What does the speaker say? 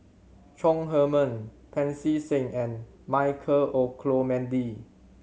Chong Heman Pancy Seng and Michael Olcomendy